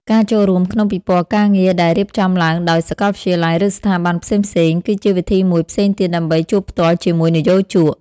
ការចូលរួមក្នុងពិព័រណ៍ការងារដែលរៀបចំឡើងដោយសាកលវិទ្យាល័យ ឬស្ថាប័នផ្សេងៗ គឺជាវិធីមួយផ្សេងទៀតដើម្បីជួបផ្ទាល់ជាមួយនិយោជក។